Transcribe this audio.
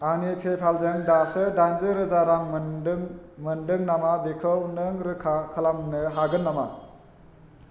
आंनि पेपालजों दासो दाइनजि रोजा रां मोनदों नामा बेखौ नों रोखा खालामनो हागोन नामा